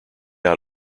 out